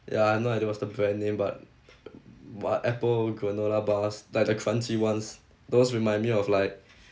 ya I know that it was the brand name but but apple granola bars like the crunchy ones those remind me of like